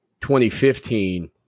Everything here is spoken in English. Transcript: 2015